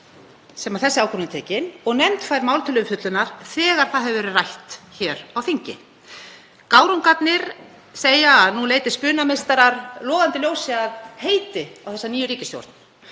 sem þessi ákvörðun er tekin. Og nefnd fær mál til umfjöllunar þegar það hefur verið rætt hér á þingi. Gárungarnir segja að nú leiti spunameistarar logandi ljósi að heiti á þessa nýju ríkisstjórn.